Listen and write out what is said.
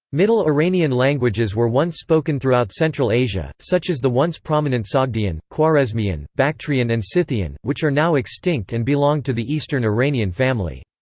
middle iranian languages were once spoken throughout central asia, such as the once prominent sogdian, khwarezmian, bactrian and scythian, which are now extinct and belonged to the eastern iranian family.